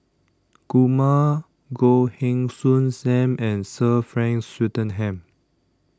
Kumar Goh Heng Soon SAM and Sir Frank Swettenham